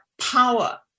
power